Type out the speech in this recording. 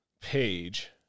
page